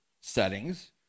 settings